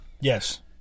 Yes